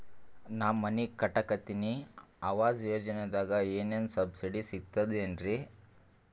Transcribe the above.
ನಾ ಮನಿ ಕಟಕತಿನಿ ಆವಾಸ್ ಯೋಜನದಾಗ ಏನರ ಸಬ್ಸಿಡಿ ಸಿಗ್ತದೇನ್ರಿ?